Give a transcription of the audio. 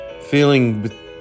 feeling